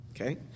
Okay